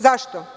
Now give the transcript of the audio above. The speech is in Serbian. Zašto?